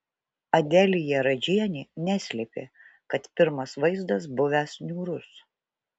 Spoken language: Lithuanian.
adelija radžienė neslėpė kad pirmas vaizdas buvęs niūrus